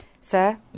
sir